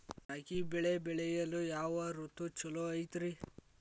ರಾಗಿ ಬೆಳೆ ಬೆಳೆಯಲು ಯಾವ ಋತು ಛಲೋ ಐತ್ರಿ?